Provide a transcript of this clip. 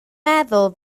meddwl